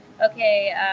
okay